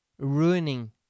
Ruining